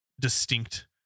distinct